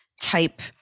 type